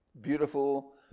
beautiful